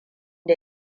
da